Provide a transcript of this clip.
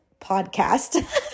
podcast